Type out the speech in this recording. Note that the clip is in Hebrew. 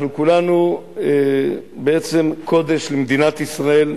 אנחנו כולנו בעצם קודש למדינת ישראל,